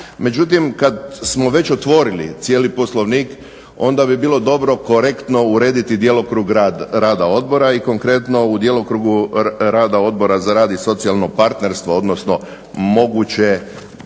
međutim kad smo već otvorili cijeli Poslovnik onda bi bilo dobro korektno urediti djelokrug rada odbora i konkretno u djelokrugu rada Odbora za rad i socijalno partnerstvo, odnosno mogućeg